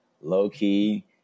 low-key